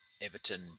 Everton